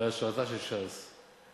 בהשראתה של ש"ס,